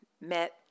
met